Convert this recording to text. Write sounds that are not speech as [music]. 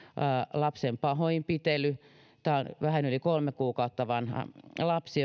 lapsen pahoinpitely tämä on vähän yli kolme kuukautta vanha lapsi [unintelligible]